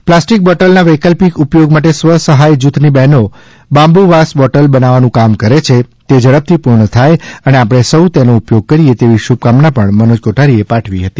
plastic બોટલનાં વૈકલ્પિક ઉપયોગ માટે સ્વ સહાય જૂથની બહેનો બાંબુ વાસ બોટલ બનાવવાનું કામ કરે છે તે ઝડપથી પૂર્ણ થાથ અને આપણે સૌ તેનો ઉપયોગ કરીએ તેવી શુભકામના પણ મનોજ કોઠારીએ પાઠવી હતી